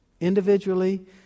Individually